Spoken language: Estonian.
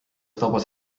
tabas